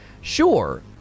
Sure